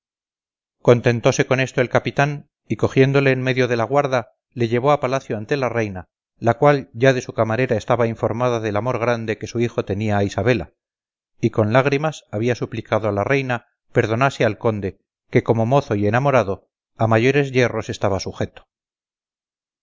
contentóse con esto el capitán y cogiéndole en medio de la guarda le llevó a palacio ante la reina la cual ya de su camarera estaba informada del amor grande que su hijo tenía a isabela y con lágrimas había suplicado a la reina perdonase al conde que como mozo y enamorado a mayores yerros estaba sujeto